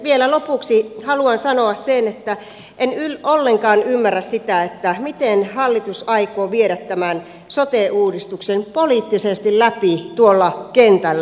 vielä lopuksi haluan sanoa sen että en ollenkaan ymmärrä sitä miten hallitus aikoo viedä tämän sote uudistuksen poliittisesti läpi tuolla kentällä